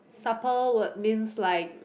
supple what means like